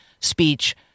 speech